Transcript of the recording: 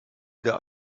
der